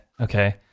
Okay